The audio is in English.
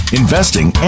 investing